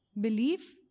belief